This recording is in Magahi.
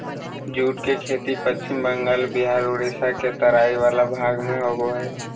जूट के खेती पश्चिम बंगाल बिहार उड़ीसा के तराई वला भाग में होबो हइ